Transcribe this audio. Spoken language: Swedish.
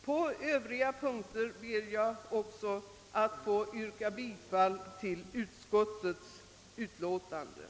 På övriga punkter ber jag att få yrka bifall till utskottets hemställan.